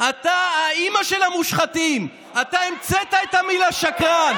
אחד אחרי השני,